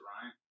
Ryan